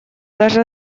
даже